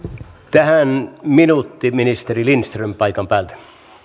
tähän minuutti ministeri lindström paikan päältä